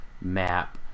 map